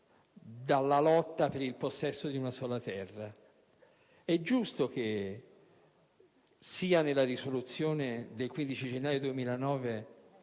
dalla lotta per il possesso di una sola terra. È giusto che, sia nella risoluzione del Parlamento